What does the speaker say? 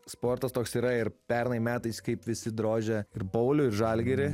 sportas toks yra ir pernai metais kaip visi drožia ir pauliui ir žalgiriui